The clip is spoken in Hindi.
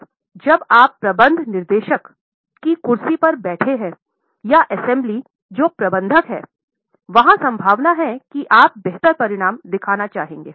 अब जब आप प्रबंध निदेशक कुर्सी पर बैठे हैं या असेंबली जो प्रबंधक है वहाँ संभावना है कि आप बेहतर परिणाम दिखाने चाहेंगे